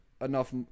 enough